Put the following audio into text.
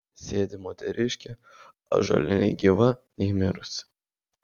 sėdi moteriškė ąžuole nei gyva nei mirusi